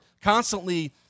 constantly